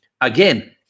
again